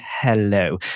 hello